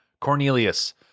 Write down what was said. Cornelius